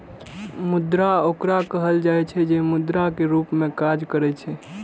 मुद्रा ओकरा कहल जाइ छै, जे मुद्रा के रूप मे काज करै छै